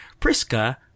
Priska